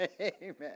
Amen